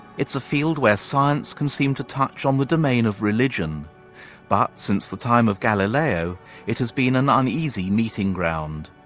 it's a field where science can seem to touch on the domain of, but since the time of galileo it has been an uneasy meeting ground.